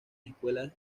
escuelas